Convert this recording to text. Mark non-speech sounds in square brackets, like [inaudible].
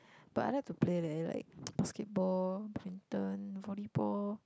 but I like to play leh like [noise] basketball badminton volley ball